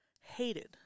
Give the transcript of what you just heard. hated